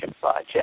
project